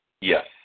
Yes